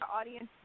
audience